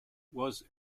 was